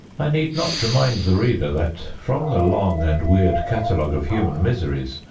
i need not remind the reader that, from the long and weird catalogue of human miseries,